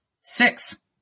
Six